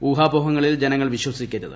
ഊഹാപോഹങ്ങളിൽ ജനങ്ങൾ വിശ്വസിക്കരുത്